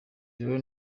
rero